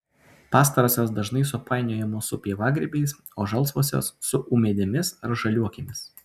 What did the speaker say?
pastarosios dažnai supainiojamos su pievagrybiais o žalsvosios su ūmėdėmis ar žaliuokėmis